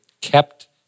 kept